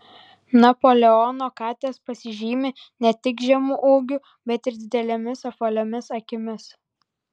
napoleono katės pasižymi ne tik žemu ūgiu bet ir didelėmis apvaliomis akimis